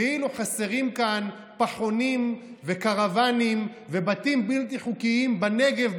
כאילו חסרים כאן פחונים וקרוונים ובתים בלתי חוקיים בנגב,